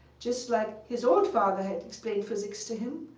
just like his own father had explained physics to him.